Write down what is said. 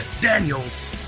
Daniels